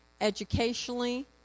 educationally